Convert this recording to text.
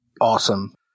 Awesome